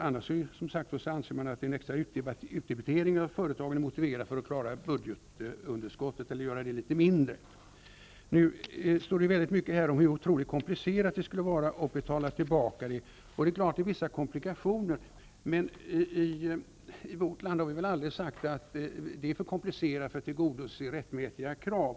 Annars anser man ju som sagt att en extra utdebitering är motiverad för att vi skall klara av budgetunderskottet eller åtminstone göra det litet mindre. I svaret står mycket om hur otroligt komplicerat det skulle vara att betala tillbaka vinstdelningsskatten till företagen, och det är klart att det innebär vissa komplikationer. Men i vårt land har vi väl aldrig sagt att det är för komplicerat att tillgodose rättmätiga krav.